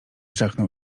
żachnął